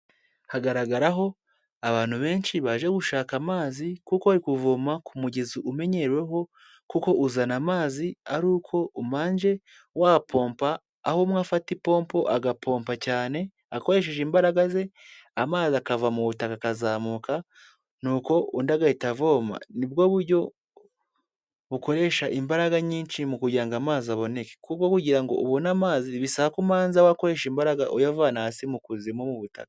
Hagaragaraho abantu benshi baje gushaka amazi kuko wari kuvoma ku mugezi umenyereweho kuko uzana amazi ari uko ubanje wapompa, aho umwe afata ipompo agapompa cyane akoresheje imbaraga ze, amazi akava mu butaka akazamuka nuko undi agahita avoma, nibwo buryo bukoresha imbaraga nyinshi mu kugira ngo amazi aboneke kuko kugira ngo ubone amazi bisaku umanza wakoresha imbaraga uyavana hasi mu kuzimu mu butaka.